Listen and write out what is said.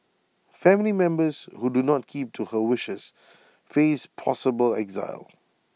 family members who do not keep to her wishes face possible exile